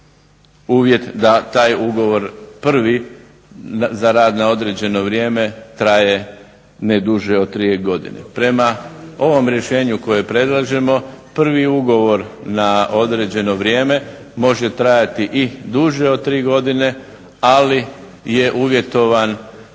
uvjet da taj ugovor prvi za rad na određeno vrijeme traje ne duže od 3 godine. prema ovom rješenju koje predlažemo prvi ugovor na određeno vrijeme može trajati i duže od 3 godine ali je uvjetovan